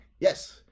yes